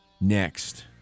next